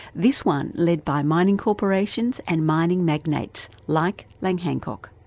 this one led by mining corporations and mining magnates like lang hancock.